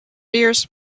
dears